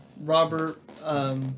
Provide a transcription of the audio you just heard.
Robert